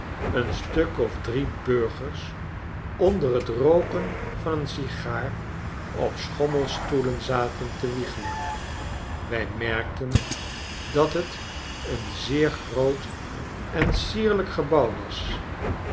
een stuk of drie burgers onder t rooken van een sigaar op schommelstoelen zaten te wiegelen wij merkten dat het een zeer groot en sierlijk gebouw was